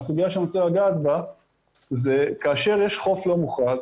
הסוגיה שאני רוצה לגעת בה זה כאשר יש חוף לא מוכרז.